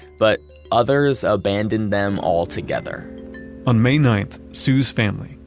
but others abandoned them altogether on may ninth, sue's family,